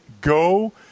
go